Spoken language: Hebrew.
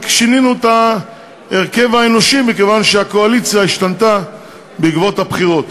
רק שינינו את ההרכב האנושי מכיוון שהקואליציה השתנתה בעקבות הבחירות.